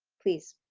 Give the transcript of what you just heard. please